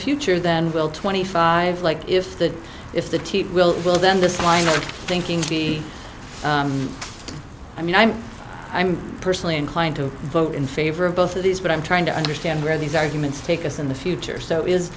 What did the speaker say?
future then we'll twenty five like if that if the teach will well then this line of thinking gee i mean i'm i'm personally inclined to vote in favor of both of these but i'm trying to understand where these arguments take us in the future so is